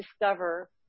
discover